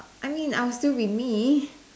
I mean I would still be me